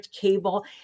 cable